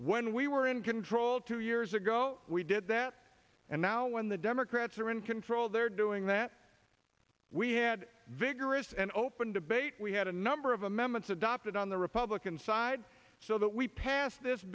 when we were in control two years ago we did that and now when the democrats are in control they're doing that we had vigorous and open debate we had a number of amendments adopted on the republican side so that we passed this